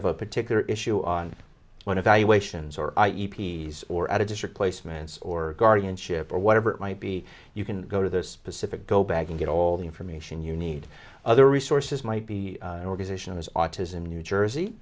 have a particular issue on one of valuations or or at a district placements or guardianship or whatever it might be you can go to the specific go back and get all the information you need other resources might be an organization is autism new jersey